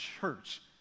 Church